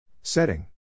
Setting